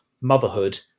motherhood